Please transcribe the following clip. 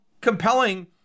compelling